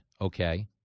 okay